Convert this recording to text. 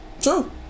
true